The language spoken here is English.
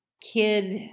kid